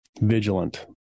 vigilant